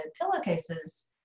pillowcases